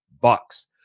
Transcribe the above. Bucks